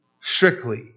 Strictly